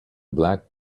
black